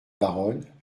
baronne